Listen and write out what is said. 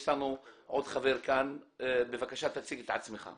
יש לנו עוד חבר כאן, בבקשה, תציג את עצמך.